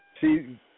See